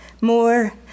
More